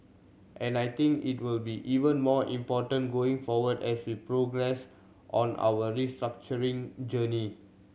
and I think it will be even more important going forward as we progress on our restructuring journey